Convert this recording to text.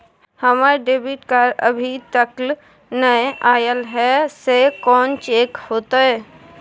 हमर debit card अभी तकल नय अयले हैं, से कोन चेक होतै?